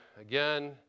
Again